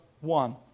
one